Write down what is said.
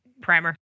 primer